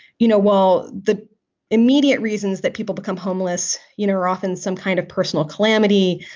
you know, well, the immediate reasons that people become homeless, you know, are often some kind of personal calamity.